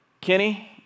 Kenny